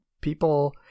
people